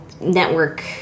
network